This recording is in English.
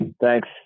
Thanks